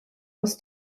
was